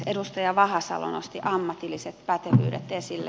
edustaja vahasalo nosti ammatilliset pätevyydet esille